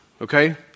okay